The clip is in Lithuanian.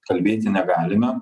kalbėti negalime